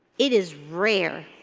it is rare.